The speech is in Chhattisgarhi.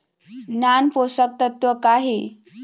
नान पोषकतत्व का हे?